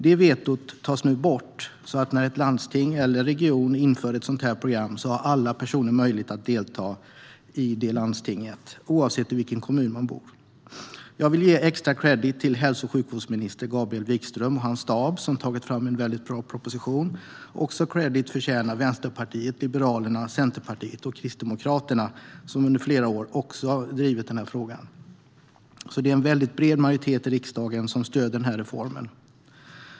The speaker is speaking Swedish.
Det vetot tas nu bort. När ett landsting eller en region inför ett sådant program har alla personer i landstinget möjlighet att delta oavsett i vilken kommun man bor. Jag vill ge extra kredd till hälso och sjukvårdsminister Gabriel Wikström och hans stab som har tagit fram en bra proposition. Kredd förtjänar även Vänsterpartiet, Liberalerna, Centerpartiet och Kristdemokraterna, som under flera år också har drivit frågan. Det är en bred majoritet i riksdagen som stöder reformen.